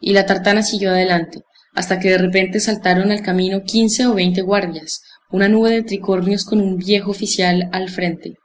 y la tartana siguió adelante hasta que de repente saltaron al camino quince o veinte guardias una nube de tricornios con un viejo oficial al frente